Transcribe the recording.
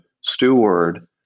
steward